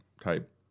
type